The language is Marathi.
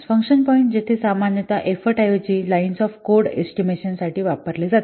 फंक्शन पॉईंट्स जेथे सामान्यत एफर्ट ऐवजी लाईन्स ऑफ कोड एस्टिमेशन साठी वापरले जाते